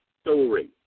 story